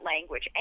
language